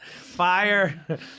fire